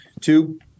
Two